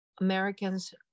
Americans